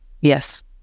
yes